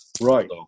Right